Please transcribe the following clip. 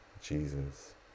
Jesus